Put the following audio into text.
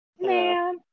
Man